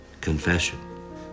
Confession